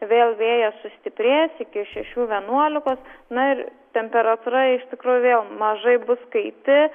vėl vėjas sustiprės iki šešių vienuolikos na ir temperatūra iš tikrųjų vėl mažai bus kaiti